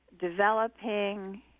developing